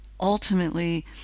ultimately